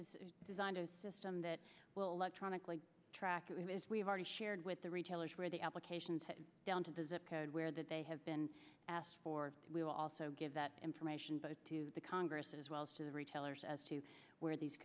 has designed a system that will let tronic like track as we've already shared with the retailers where the applications down to the zip code where that they have been asked for we will also give that information but the congress as well as to the retailers as to where these